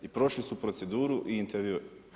I prošli su proceduru i intervju.